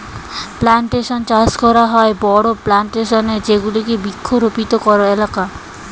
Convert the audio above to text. plantation চাষ করা হয় বড়ো প্লানটেশন এ যেগুলি বৃক্ষরোপিত এলাকা